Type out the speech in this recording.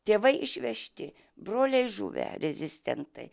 tėvai išvežti broliai žuvę rezistentai